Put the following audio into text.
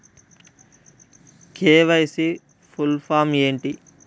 KYC full form ఏంటి?